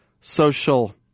social